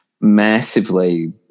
massively